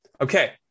Okay